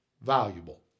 valuable